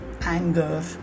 anger